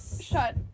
shut